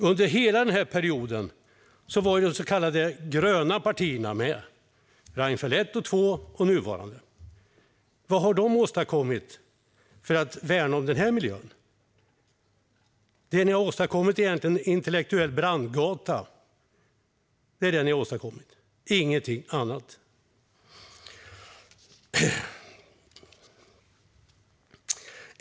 Under hela denna period var de så kallade gröna partierna med, under Reinfeldts första och andra regering och under den nuvarande. Vad har de åstadkommit för att värna om denna miljö? Det ni har åstadkommit är egentligen en intellektuell brandgata, ingenting annat.